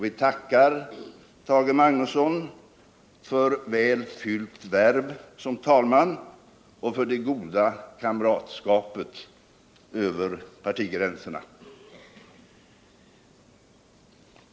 Vi tackar Tage Magnusson för väl fyllt värv som talman och för det goda kamratskapet över partigränserna.